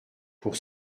pour